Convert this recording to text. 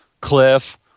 Cliff